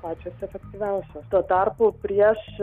pačios efektyviausios tuo tarpu prieš